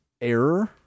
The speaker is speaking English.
error